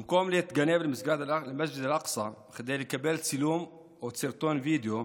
במקום להתגנב למסגד אל-אקצא כדי לקבל צילום או סרטון וידיאו